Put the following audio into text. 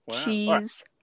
cheese